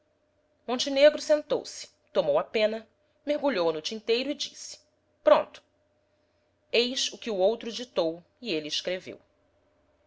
ditar montenegro sentou-se tomou a pena mergulhou a no tinteiro e disse pronto eis o que o outro ditou e ele escreveu